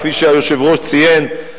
כפי שהיושב-ראש ציין,